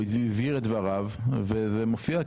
הוא הבהיר את דבריו וזה מופיע.